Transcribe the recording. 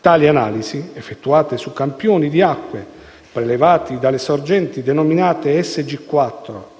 Tali analisi, effettuate su campioni di acque prelevati dalle sorgenti denominate SG4